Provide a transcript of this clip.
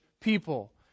people